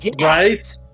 Right